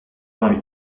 vingt